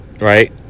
right